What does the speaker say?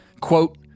Quote